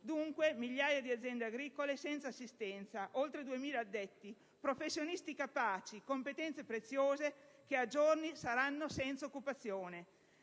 Dunque, migliaia di aziende agricole senza assistenza, oltre 2.000 addetti, professionisti capaci, competenze preziose, che a giorni saranno senza occupazione.